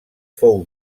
fou